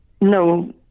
no